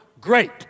great